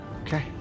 Okay